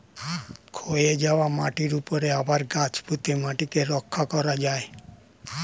ক্ষয়ে যাওয়া মাটির উপরে আবার গাছ পুঁতে মাটিকে রক্ষা করা যায়